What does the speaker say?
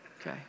okay